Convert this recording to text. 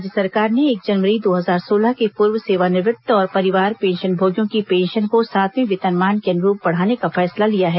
राज्य सरकार ने एक जनवरी दो हजार सोलह के पूर्व सेवानिवृत्त और परिवार पेंशनभोगियों की पेंशन को सातवें वेतनमान के अनुरूप बढ़ाने का फैसला लिया है